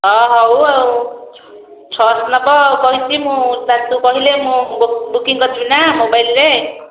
ହଁ ହେଉ ଆଉ ଛଅଶହ ନେବ କହିଛି ମୁଁ ତୁ କହିଲେ ମୁଁ ବୁକିଙ୍ଗ କରିଥିବି ନା ମୋବାଇଲ ରେ